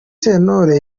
sentore